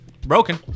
Broken